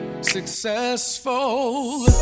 successful